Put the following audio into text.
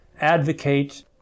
advocate